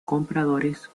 compradores